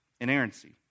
inerrancy